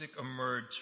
emerge